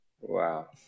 wow